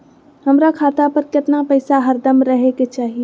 हमरा खाता पर केतना पैसा हरदम रहे के चाहि?